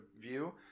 view